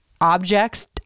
objects